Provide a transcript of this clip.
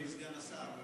אדוני סגן השר,